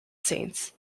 saints